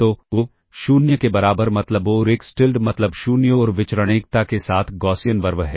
तो 0 के बराबर मतलब और एक्स tilde मतलब 0 और विचरण एकता के साथ गॉसियन RV है